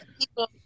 people